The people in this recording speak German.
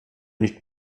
nicht